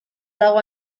dago